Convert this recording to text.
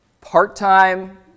part-time